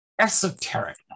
Esoteric